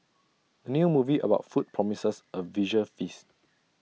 new movie about food promises A visual feast